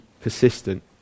persistent